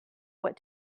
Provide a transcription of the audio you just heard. what